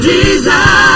Jesus